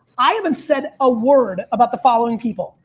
i haven't said a word about the following people.